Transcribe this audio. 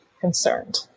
concerned